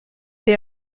they